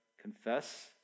confess